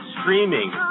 streaming